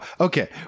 okay